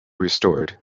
restored